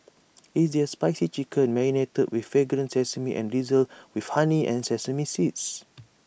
is their spicy chicken marinated with fragrant sesame and drizzled with honey and sesame seeds